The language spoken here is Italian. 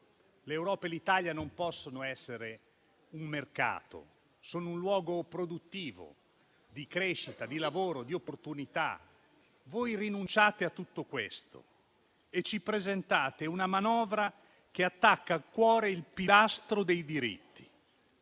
L'Europa e l'Italia non possono essere un mercato; sono un luogo produttivo, di crescita, di lavoro e di opportunità. Voi rinunciate a tutto questo e ci presentate una manovra che attacca al cuore il pilastro dei diritti.